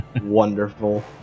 Wonderful